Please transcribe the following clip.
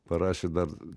parašė dar